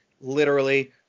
literally-